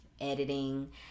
editing